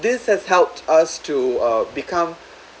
this has helped us to uh become